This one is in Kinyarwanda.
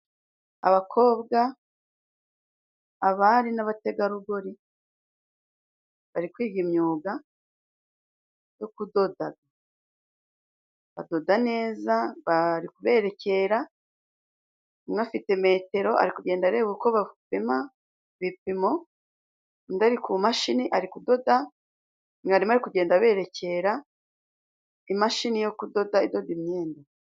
Abakobwa, abari n'abategarugori. Bari kwiga imyuga yo kudoda. Badoda neza bari kuberekera. Umwe afite metero ari kugenda areba uko bapima ibipimo, undi ari kumashini ari kudoda, mwarimu ari kugenda aberekera imashini yo kudoda idoda imyenda.